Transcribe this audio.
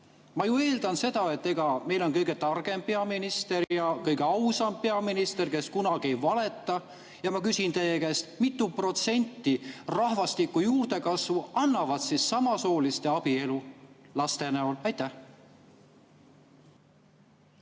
Ma eeldan, et meil on kõige targem peaminister ja kõige ausam peaminister, kes kunagi ei valeta, ja ma küsin teie käest: mitu protsenti rahvastiku juurdekasvust annavad samasooliste abielud laste näol? Aitäh,